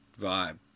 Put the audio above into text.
vibe